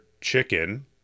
chicken